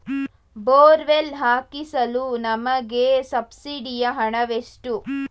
Borewell ಹಾಕಿಸಲು ನಮಗೆ ಸಬ್ಸಿಡಿಯ ಹಣವೆಷ್ಟು?